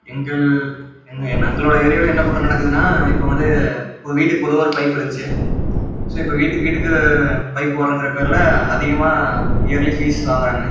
எங்கள் எங்கள் எங்களோடய ஏரியாவில் என்ன கூட்டம் நடக்குதுன்னால் இப்போ வந்து இப்போ வீட்டுக்கு பொதுவாக ஒரு பைப் இருந்துச்சு ஸோ இப்போ வீட்டுக்கு வீட்டுக்கு பைப்பு போடுங்கிற பேரில் அதிகமாக இயர்லி ஃபீஸ் வாங்கிறாங்க